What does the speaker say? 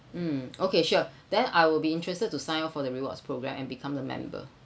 mm okay sure then I will be interested to sign up for the rewards programme and become a member